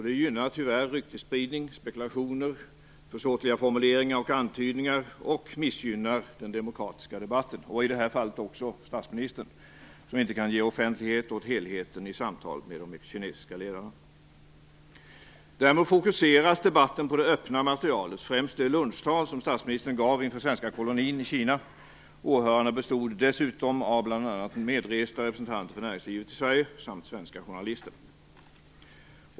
Det gynnar tyvärr ryktesspridning, spekulationer, försåtliga formuleringar och antydningar och missgynnar den demokratiska debatten - och i det här fallet också statsministern, som inte kan ge offentlighet i helheten i samtalen med de kinesiska ledarna. Därmed fokuseras debatten på det öppna materialet på främst det lunchtal som statsministern gav inför svenska kolonin i Kina. Åhörarna bestod dessutom av bl.a. medresta representanter för näringslivet i Sverige samt svenska journalister.